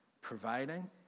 Providing